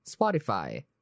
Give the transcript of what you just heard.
Spotify